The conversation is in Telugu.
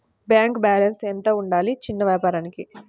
బ్యాంకు బాలన్స్ ఎంత ఉండాలి చిన్న వ్యాపారానికి?